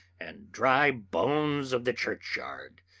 and dry bones of the churchyard,